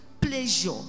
pleasure